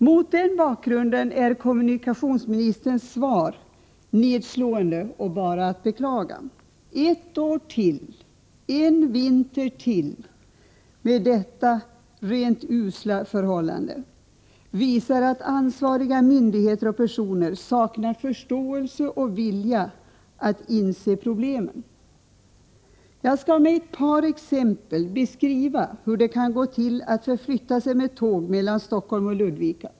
Mot den bakgrunden är kommunika tionsministerns svar nedslående och bara att beklaga. Beskedet om fortsatt — Nr 105 dålig persontrafik under ytterligare ett år, en vinter till med detta usla förhållande, visar att ansvariga myndigheter och personer saknar förståelse och vilja att inse problemen. Jag skall med ett par exempel beskriva hur det kan gå till att förflytta sig med tåg mellan Stockholm och Ludvika.